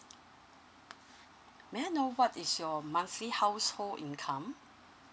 may I know what is your monthly household income